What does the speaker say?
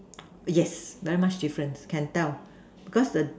yes very much different can tell because the